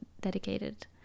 dedicated